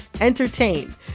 entertain